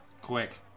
Quick